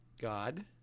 God